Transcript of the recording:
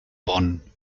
bonn